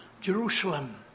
Jerusalem